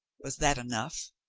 was that enough?